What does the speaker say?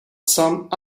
some